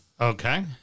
Okay